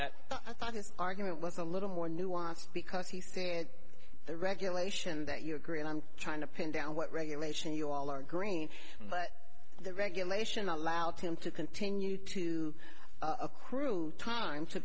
his argument was a little more nuanced because he still had the regulation that you agree and i'm trying to pin down what regulation you all are green but the regulation allowed him to continue to accrue time to